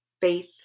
faith